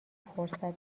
فرصت